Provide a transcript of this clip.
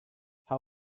how